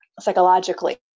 psychologically